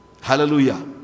Hallelujah